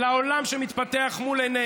אל העולם שמתפתח מול עינינו.